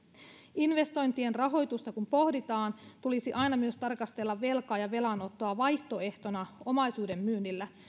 investointien rahoitusta kun pohditaan tulisi aina myös tarkastella velkaa ja velanottoa vaihtoehtona omaisuuden myynnille